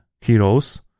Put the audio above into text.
heroes